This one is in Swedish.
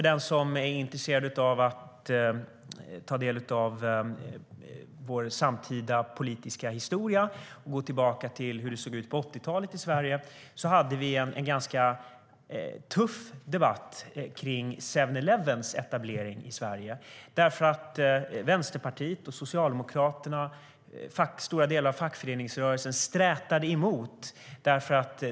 Den som är intresserad av att ta del av vår samtida politiska historia och gå tillbaka till hur det såg ut på 80-talet i Sverige kan erfara att vi då hade en ganska tuff debatt om 7-Elevens etablering i Sverige. Vänsterpartiet, Socialdemokraterna och stora delar av fackföreningsrörelsen stretade emot.